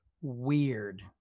weird